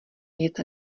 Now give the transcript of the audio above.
jet